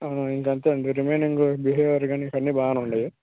ఇంకా అంతేనండీ remaining behaviour కానీ ఇంక అన్నీ బాగానే ఉన్నాయి